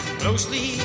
closely